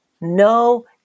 No